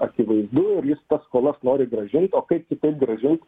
akivaizdu ir jis tas skolas nori grąžint o kaip kitaip grąžint